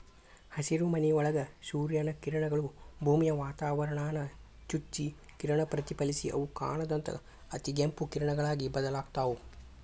ಹಸಿರುಮನಿಯೊಳಗ ಸೂರ್ಯನ ಕಿರಣಗಳು, ಭೂಮಿಯ ವಾತಾವರಣಾನ ಚುಚ್ಚಿ ಕಿರಣ ಪ್ರತಿಫಲಿಸಿ ಅವು ಕಾಣದಂತ ಅತಿಗೆಂಪು ಕಿರಣಗಳಾಗಿ ಬದಲಾಗ್ತಾವ